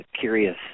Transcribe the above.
curious